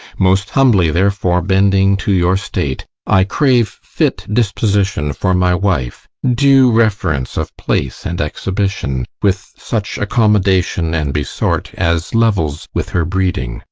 most humbly, therefore, bending to your state, i crave fit disposition for my wife due reference of place and exhibition with such accommodation and besort as levels with her breeding.